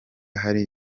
hari